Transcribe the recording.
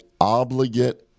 obligate